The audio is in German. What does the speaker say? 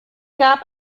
gab